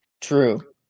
true